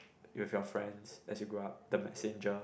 with your friends as you grow up the messenger